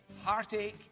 heartache